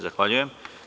Zahvaljujem.